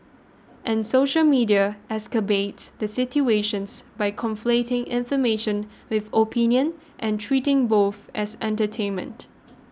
and social media the situations by conflating information with opinion and treating both as entertainment